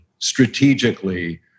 strategically